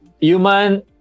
human